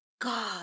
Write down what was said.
God